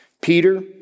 Peter